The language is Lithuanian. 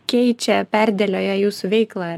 keičia perdėlioja jūsų veiklą